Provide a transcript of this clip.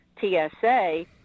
TSA